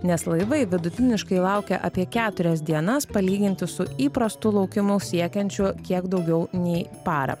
nes laivai vidutiniškai laukia apie keturias dienas palyginti su įprastu laukimu siekiančiu kiek daugiau nei parą